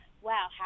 wow